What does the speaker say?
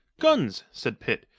guns! said pitt,